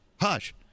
Hush